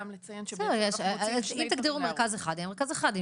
אם תגדירו מרכז אחד, יהיה מרכז אחד.